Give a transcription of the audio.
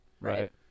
right